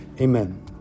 Amen